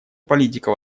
политика